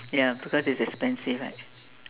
ya because it's expensive right